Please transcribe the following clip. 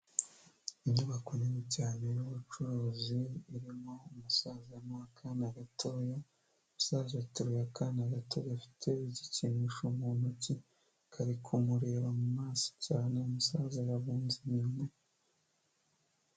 Inyubako nini cyane y'ubucuruzi irimo umusaza n’akana gatoya umusaza ateruye akana gato gafite igikinisho mu ntoki kari kumureba mu maso cyane umusaza yafunze umunwa.